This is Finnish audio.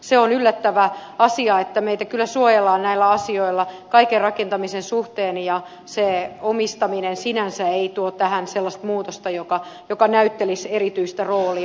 se on yllättävä asia että meitä kyllä suojellaan näillä asioilla kaiken rakentamisen suhteen ja se omistaminen sinänsä ei tuo tähän sellaista muutosta joka näyttelisi erityistä roolia